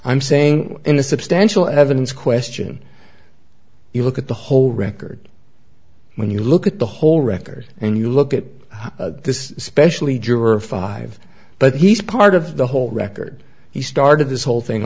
i'm saying in the substantial evidence question you look at the whole record when you look at the whole record and you look at this especially juror five but he's part of the whole record he started this whole thing